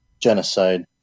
genocide